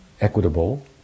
equitable